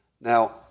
Now